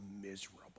miserable